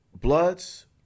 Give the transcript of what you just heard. bloods